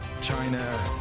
China